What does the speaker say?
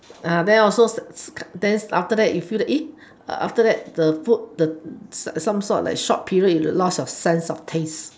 then also then after that you feel that after that the food the the some sort like short period you lost your sense of taste